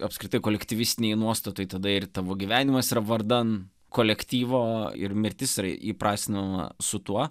apskritai kolektyvistinėj nuostatoj tada ir tavo gyvenimas yra vardan kolektyvo ir mirtis yra įprasminama su tuo